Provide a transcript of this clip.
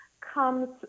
comes